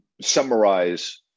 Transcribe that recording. summarize